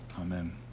amen